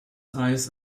eyes